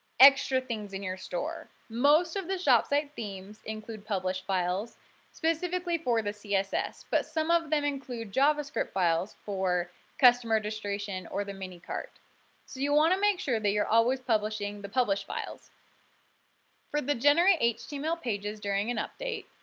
extra things in your store. most of the shopsite themes include publish files specifically for the css but some of them include javascript files for customer registration or the mini cart. so you want to make sure that you're always publishing the publish files for the generate html pages during an update,